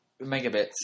megabits